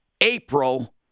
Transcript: April